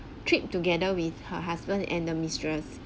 trip together with her husband and the mistress